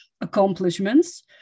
accomplishments